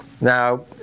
Now